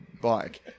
bike